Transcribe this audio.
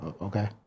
okay